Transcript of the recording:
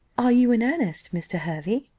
are you in earnest, mr. hervey?